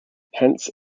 hence